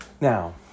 Now